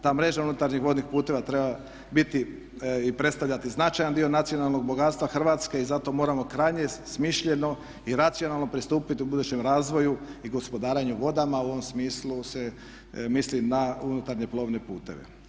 Ta mreža unutarnjih vodnih putova treba biti i predstavljati značajan dio nacionalnog bogatstva Hrvatske i zato moramo krajnje smišljeno i racionalno pristupiti u budućem razvoju i gospodarenju vodama u ovom smislu se misli na unutarnje plovne putove.